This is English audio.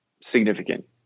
Significant